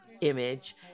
image